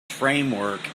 framework